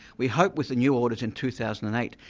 we hope with the new audit in two thousand and eight,